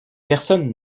personne